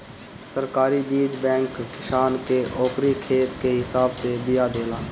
सरकारी बीज बैंक किसान के ओकरी खेत के हिसाब से बिया देला